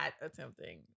attempting